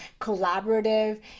collaborative